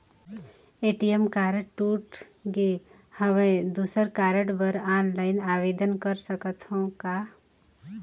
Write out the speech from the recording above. ATM card टूट गे हववं दुसर कारड बर ऑनलाइन आवेदन कर सकथव का?